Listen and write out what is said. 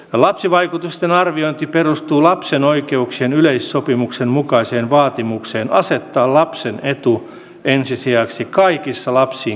lapsivaikutusten arviointi perustuu lapsen oikeuksien yleissopimuksen mukaiseen vaatimukseen asettaa lapsen etu ensisijaiseksi kaikissa lapsiin kohdistuvissa päätöksenteoissa